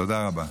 תודה רבה.